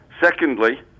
Secondly